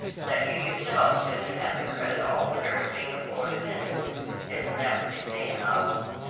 that you yourself should have had the credit all winter of being a poor dependent isn't that what they say in novels?